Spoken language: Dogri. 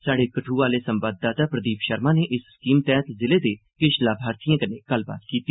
स्हाड़े कठुआ आह्ले संवाददाता प्रदीप शर्मा नै इस स्कीम तैह्त जिले दे किश लामार्थिएं कन्नै गल्लबात कीती